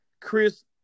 Chris